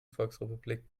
volksrepublik